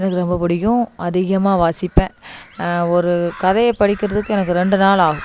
எனக்கு ரொம்ப பிடிக்கும் அதிகமாக வாசிப்பேன் ஒரு கதையை படிக்கிறதுக்கு எனக்கு ரெண்டு நாள் ஆகும்